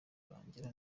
urangira